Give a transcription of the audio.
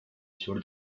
sur